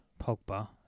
Pogba